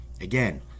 Again